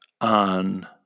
on